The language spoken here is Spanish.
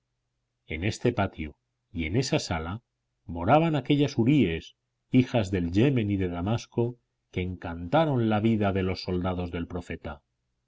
en ese patio y en esa sala moraban aquellas huríes hijas del yemen y de damasco que encantaron la vida de los soldados del profeta